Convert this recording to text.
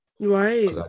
Right